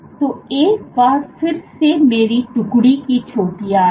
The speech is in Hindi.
तो एक बार फिर ये मेरी टुकड़ी की चोटियाँ हैं